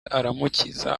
aramukiza